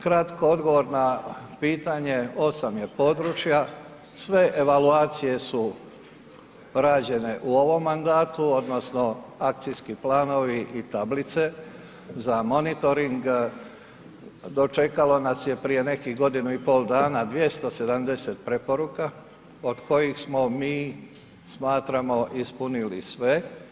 Kratko odgovor na pitanje, 8 je područja, sve evaluacije su rađene u ovom mandatu odnosno akcijski planovi i tablice za monitoring dočekalo nas je prije nekih godinu i pol dana 270 preporuka od kojih smo mi smatramo ispunili sve.